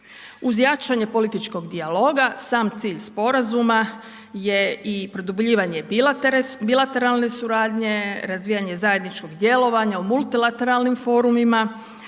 Uz jačanje političkog dijaloga, sam cilj sporazuma je i produbljivanje bilateralne suradnje, razvijanje zajedničkog djelovanja u multilateralnim forumima